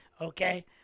okay